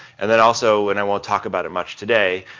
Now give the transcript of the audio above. and then also and i won't talk about it much today, ah,